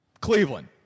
Cleveland